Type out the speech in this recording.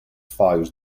files